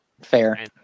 fair